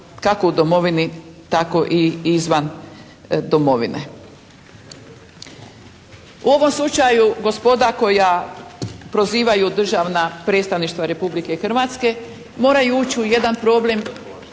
kako u domovini tako i izvan domovine. U ovom slučaju gospoda koja prozivaju državna predstavništva Republike Hrvatske moraju ući u jedan problem,